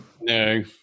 No